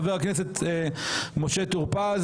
חבר הכנסת משה טור פז.